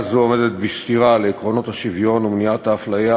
זו עומדת בסתירה לעקרונות השוויון ומניעת האפליה,